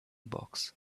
box